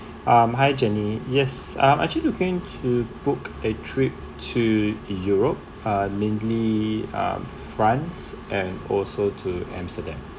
um hi jenny yes I'm actually looking to book a trip to europe uh mainly um france and also to amsterdam